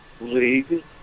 league